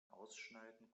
ausschneiden